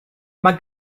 mae